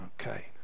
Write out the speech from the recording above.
okay